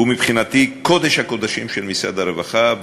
הוא מבחינתי קודש הקודשים של משרד הרווחה.